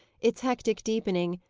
its hectic deepening,